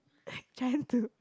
like trying to